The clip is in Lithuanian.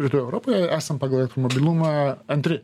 rytų europoje esam pagal elektromobilumą antri